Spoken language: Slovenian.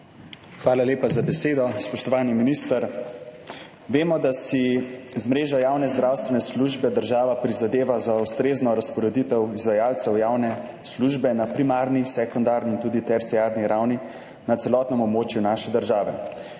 Hvala lepa za besedo. Spoštovani minister! Vemo, da si z mrežo javne zdravstvene službe država prizadeva za ustrezno razporeditev izvajalcev javne službe na primarni, sekundarni in tudi terciarni ravni na celotnem območju naše države.